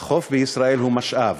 בישראל הוא משאב.